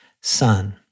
son